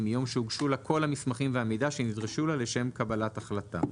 מיום שהוגשו לה כל המסמכים והמידע שנדרשו לה לשם קבלת החלטה.